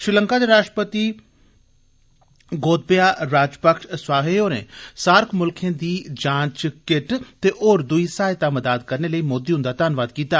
श्रीलंका दे राष्ट्रपति गोतबया राजपक्ष स्वावेह होरें सार्क मुल्खें गी जांच किट ते होर दुई सहायता मदाद लेई मोदी हुन्दा धन्नवाद कीता